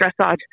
dressage